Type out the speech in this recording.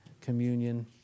communion